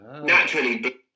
naturally